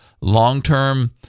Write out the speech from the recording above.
long-term